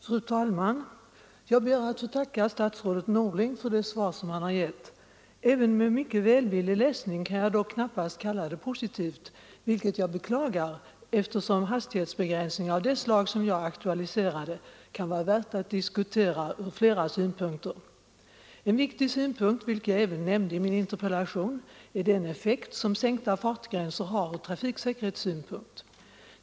Fru talman! Jag ber att få tacka statsrådet Norling för det svar han givit. Inte ens med en mycket välvillig läsning kan jag kalla svaret positivt, vilket jag beklagar eftersom hastighetsbegränsning av det slag som jag aktualiserade kan vara värd att diskutera från flera synpunkter. En viktig synpunkt, som jag även nämnde i min interpellation, är den effekt som sänkta fartgränser har från trafiksäkerhetssynpunkt.